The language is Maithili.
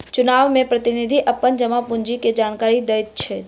चुनाव में प्रतिनिधि अपन जमा पूंजी के जानकारी दैत छैथ